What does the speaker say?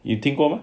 你听过吗